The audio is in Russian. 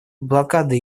блокада